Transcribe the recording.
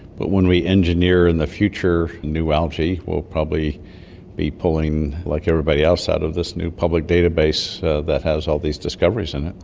but when we engineer in the future new algae we'll probably be pulling, like everybody else, out of this new public database that has all these discoveries in it.